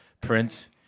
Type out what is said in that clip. Prince